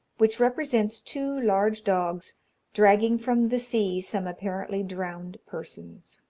which represents two large dogs dragging from the sea some apparently drowned persons.